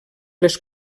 les